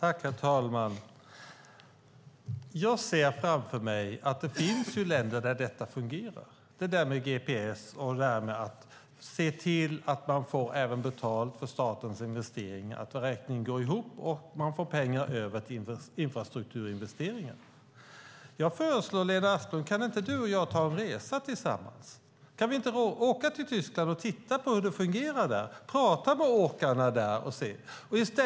Herr talman! Jag ser framför mig att det finns länder där detta fungerar. Det gäller det där med gps och att se till att man får betalt för statens investeringar, att räkningen går ihop och att man får pengar över till infrastrukturinvesteringar. Lena Asplund! Kan inte du och jag göra en resa tillsammans? Kan vi inte åka till Tyskland och titta på hur det fungerar där och prata med åkarna?